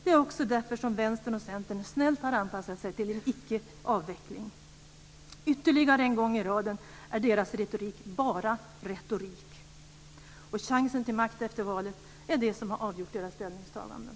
Det är också därför som Vänstern och Centern snällt har anpassat sig till en icke-avveckling. Ytterligare en gång i raden är deras retorik bara retorik. Chansen till makt efter valet är det som har avgjort deras ställningstaganden.